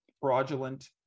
fraudulent